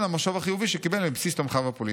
למשוב החיובי שקיבל מבסיס תומכיו הפוליטיים.